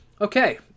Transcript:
Okay